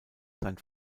sein